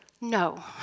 No